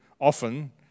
often